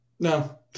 No